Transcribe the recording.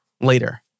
later